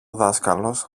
δάσκαλος